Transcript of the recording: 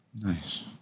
Nice